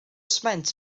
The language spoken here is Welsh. sment